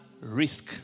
risk